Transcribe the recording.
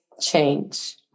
change